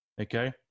Okay